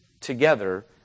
together